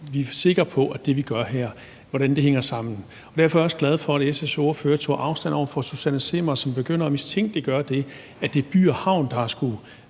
vi er sikre på, at det, vi gør her, hænger sammen. Derfor er jeg også glad for, at SF's ordfører tog afstand fra fru Susanne Zimmer, som begyndte at mistænkeliggøre det, at det er By & Havn, der har skullet